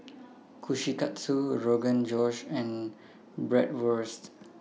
Kushikatsu Rogan Josh and Bratwurst